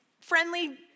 friendly